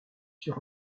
sur